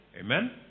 Amen